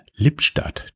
Lippstadt